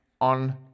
on